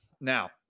now